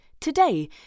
today